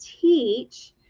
teach